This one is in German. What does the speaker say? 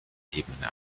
ebene